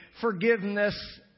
forgiveness